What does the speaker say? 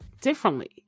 differently